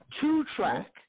two-track